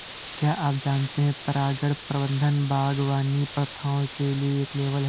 क्या आप जानते है परागण प्रबंधन बागवानी प्रथाओं के लिए एक लेबल है?